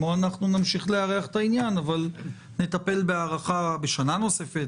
אנחנו רואים באחד הסעיפים שהאוצר השתמש בחלק מהקרן.